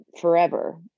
forever